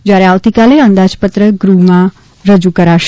જ્યારે આવતીકાલે અંદાજપત્ર ગૃહમાં રજુ કરાશે